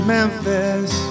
Memphis